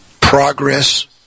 progress